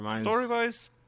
Story-wise